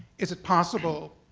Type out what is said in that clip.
is it possible,